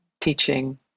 teaching